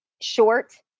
short